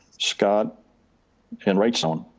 scott and wrightstown.